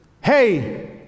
hey